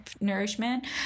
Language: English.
nourishment